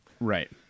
Right